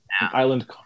island